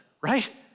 right